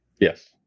Yes